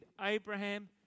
Abraham